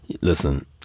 Listen